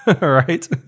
right